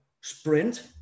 sprint